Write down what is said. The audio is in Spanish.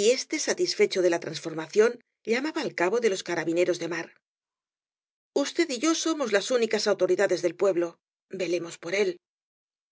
y éste satisfecho de la transformación llamaba al cabo de los carabineros de mar usted y yo somos las únicas autoridades del pueblo velemos por él